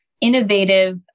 innovative